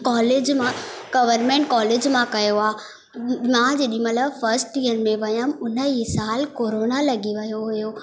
college मां government college मां कयो आहे मां जेॾीमहिल फस्ट ईयर में वयमि उन ई साल कोरोना लॻी वियो हुयो